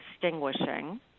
distinguishing